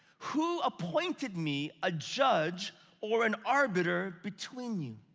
who appointed me a judge or an arbiter between you?